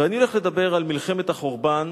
ואני הולך לדבר על מלחמת החורבן,